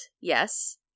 Yes